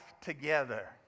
together